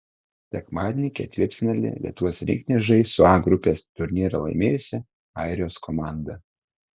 sekmadienį ketvirtfinalyje lietuvos rinktinė žais su a grupės turnyrą laimėjusia airijos komanda